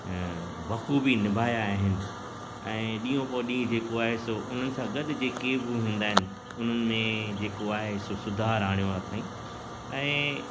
ऐं बख़ूबी निभाया आहिनि ऐं ॾींहं को ॾींहुं जेको आहे सो उन्हनि सां गॾ के बि हूंदा आहिनि उन्हनि में जेको आहे सो सुधारु आणियो आहे अथईं ऐं